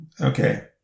Okay